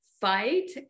fight